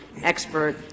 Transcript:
expert